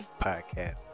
podcast